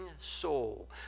soul